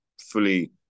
fully